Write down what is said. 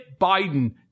Biden